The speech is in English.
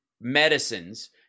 medicines